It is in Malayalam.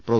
പ്രൊഫ